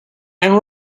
and